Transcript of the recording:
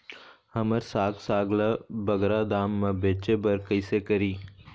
हमर साग साग ला बगरा दाम मा बेचे बर कइसे करी?